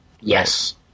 Yes